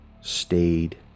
stayed